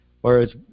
Whereas